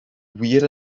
wir